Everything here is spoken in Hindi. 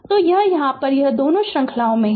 तो यह यहाँ है यह दोनों श्रृंखला में हैं